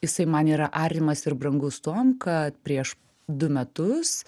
jisai man yra artimas ir brangus tuom kad prieš du metus